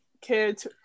kids